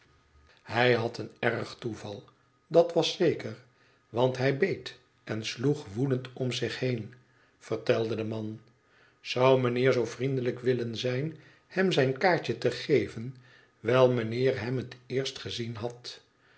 hij had een erg toeval dat was zeker want hij beet en sloeg woedend om zich heen vertelde de man zou mijnheer zoo vriendelijk willen zijn hem zijn kaartje te geven wijl mijnheer hem het eerst gezien had